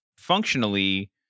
functionally